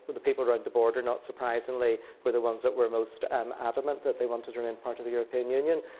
but the people who are at the border, not surprisingly, were the ones that were most um adamant that they wanted to remain part of the european union.